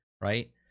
right